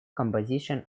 composition